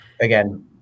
Again